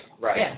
right